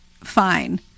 fine